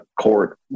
court